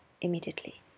immediately